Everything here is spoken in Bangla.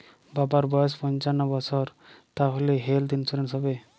বাবার বয়স পঞ্চান্ন বছর তাহলে হেল্থ ইন্সুরেন্স হবে?